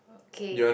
okay